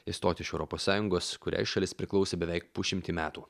išstoti iš europos sąjungos kuriai šalis priklausė beveik pusšimtį metų